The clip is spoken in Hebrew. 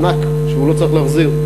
מענק שהוא לא צריך להחזיר.